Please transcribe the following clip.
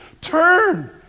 Turn